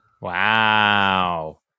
Wow